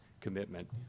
commitment